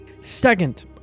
Second